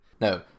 no